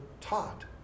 taught